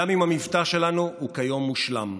גם אם המבטא שלנו הוא כיום מושלם.